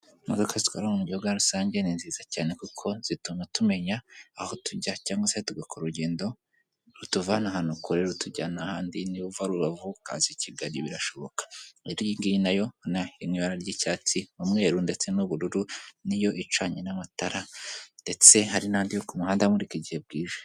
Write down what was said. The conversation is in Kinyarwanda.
Imodoka zitwara abantu mu buryo bwa rusange ni nziza cyane, kuko zituma tumenya aho tujya cyangwa se tugakora urugendo rutuvana ahantu kure rutujyana ahandi, niba uva Ruravu ukaza i Kigali birashobo. Rero iyingiyi na yo y'ibara ry'icyatsi, umweruru ndetse n'ubururu ni yo icanye n'amatara; ndetse hari n'andi yo ku muhanda amurika igihe bwije.